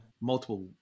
Multiple